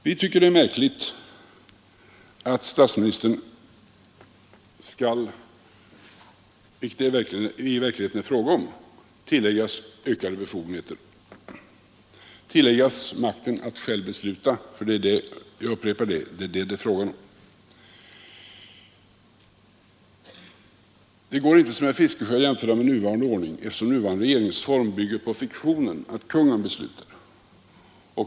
Vi tycker det är märkligt att statsministern skall tilläggas ökade befogenheter, tilläggas makten att-själv besluta — för det är det det i verkligheten är fråga om. Det går inte att, som herr Fiskesjö vill göra, jämföra med nuvarande ordning, eftersom nuvarande regeringsform bygger på fiktionen att kungen beslutar.